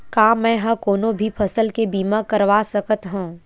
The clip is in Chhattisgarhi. का मै ह कोनो भी फसल के बीमा करवा सकत हव?